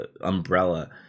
Umbrella